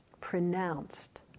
pronounced